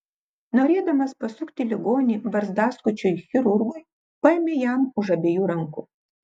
norėdamas pasukti ligonį barzdaskučiui chirurgui paėmė jam už abiejų rankų